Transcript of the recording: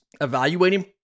Evaluating